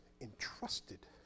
entrusted